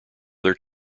their